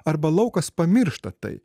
arba laukas pamiršta tai